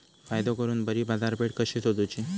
फायदो करून बरी बाजारपेठ कशी सोदुची?